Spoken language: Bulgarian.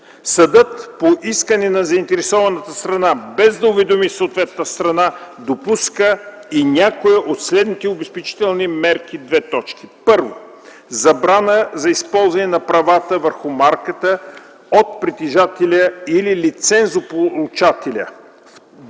Съдът по искане на заинтересованата страна, без да уведоми ответната страна, допуска и някоя от следните обезпечителни мерки: 1. забрана за използване на правата върху марката от притежателя или лицензополучателя;